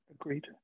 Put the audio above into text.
Agreed